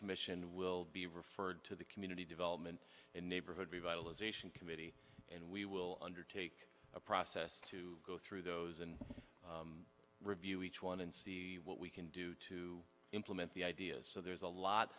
commission will be referred to the community development neighborhood revitalization committee and we will undertake a process to go through those and review each one and see what we can do to implement the ideas so there's a lot